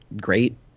great